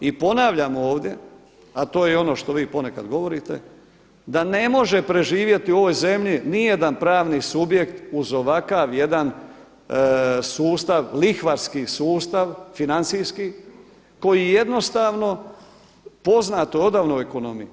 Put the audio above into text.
I ponavljam ovdje, a to je ono što vi ponekad govorite, da ne može preživjeti u ovoj zemlji ni jedan pravni subjekt uz ovakav jedan sustav, lihvarski sustav, financijski koji jednostavno poznat odavno u ekonomiji.